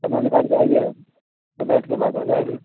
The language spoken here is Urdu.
پر نکال جائیے تو بیٹھ کے بعد ہو جائے گی